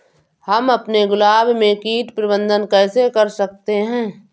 हम अपने गुलाब में कीट प्रबंधन कैसे कर सकते है?